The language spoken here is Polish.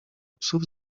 psów